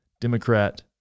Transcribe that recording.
Democrat